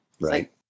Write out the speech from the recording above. Right